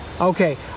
Okay